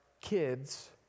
kids